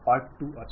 Part2d আছে